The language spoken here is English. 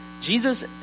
Jesus